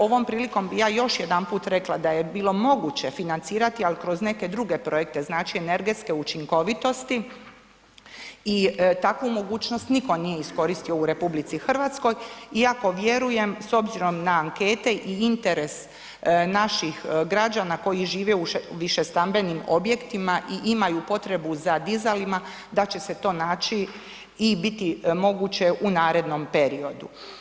Ovom prilikom bi ja još jedanput rekla da je bilo moguće financirati ali kroz neke druge projekte, znači energetske učinkovitosti i takvu mogućnost nitko nije iskoristio u RH iako vjerujem s obzirom na ankete i interes naših građana koji žive u višestambenim objektima i imaju potrebu za dizalima da će se to naći i biti moguće u narednom periodu.